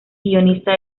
guionista